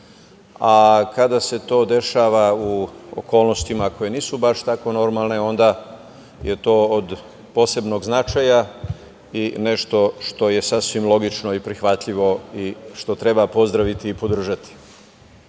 a kada se to dešava u okolnostima koje nisu baš tako normalne, onda je to od posebnog značaja i nešto što je sasvim logično i prihvatljivo i što treba pozdraviti i podržati. Ono